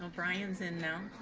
um brian's in now.